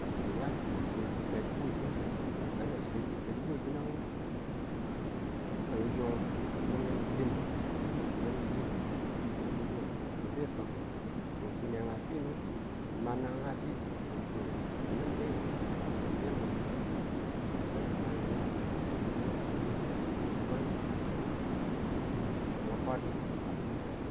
ng ya ng swetu selibu we bi̱nu nang na swetu selibu we bi̱ nung ng yun ng mi̱n ng yin ng mi̱n ng yin ng mi̱n ng yin ng be bakku ng kune a fino, mi̱ma nagang wefi ng do yinu ng be fi mi̱n ng be bakku na ga mam ma yikon ng na swe li̱mang ng ti nubu li̱mang ki̱ri̱m